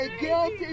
guilty